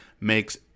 makes